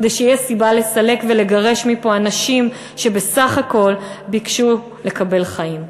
כדי שתהיה סיבה לסלק ולגרש מפה אנשים שבסך הכול ביקשו לקבל חיים.